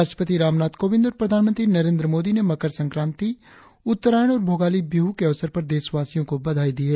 राष्ट्रपति रामनाथ कोंविद और प्रधानमंत्री नरेंद्र मोदी ने मकर संक्रांति उत्तरायण और भोगाली बिहु के अवसर पर देशवासियों को बधाई दी है